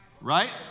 Right